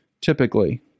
typically